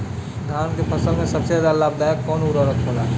धान के फसल में सबसे लाभ दायक कवन उर्वरक होला?